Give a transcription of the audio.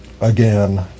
again